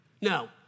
No